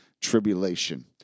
tribulation